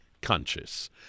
conscious